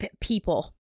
people